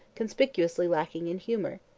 conspicuously lacking in humour.